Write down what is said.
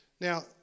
Now